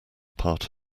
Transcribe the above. part